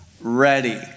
ready